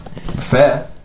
fair